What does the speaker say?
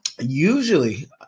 usually